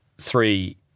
three